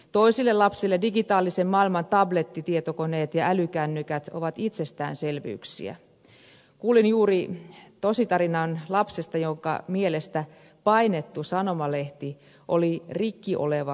toisille lapsille digitaalisen maailman tablettitietokoneet ja älykännykät ovat itsestäänselvyyksiä kuulin juuri tositarinan lapsesta jonka mielestä painettu sanomalehti oli rikki oleva lukulaite